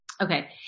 Okay